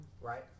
Right